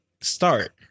start